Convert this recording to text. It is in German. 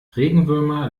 regenwürmer